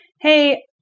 Hey